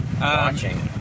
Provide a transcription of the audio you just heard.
watching